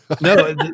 no